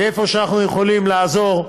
ואיפה שאנחנו יכולים לעזור,